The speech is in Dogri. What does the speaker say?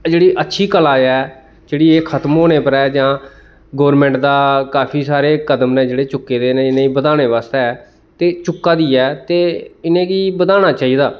एह् जेह्ड़ी अच्छी कला ऐ जेह्ड़ी एह् खतम होने पर ऐ जां गोरमैंट दा काफी सारे कदम न जेह्ड़े चुक्के दे न इ'नेंगी बधाने बास्ते ते चुक्का दी ऐ ते इ'नें गी बधाना चाहिदा